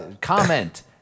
Comment